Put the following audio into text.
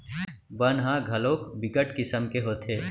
बन ह घलोक बिकट किसम के होथे